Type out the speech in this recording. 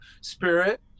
spirit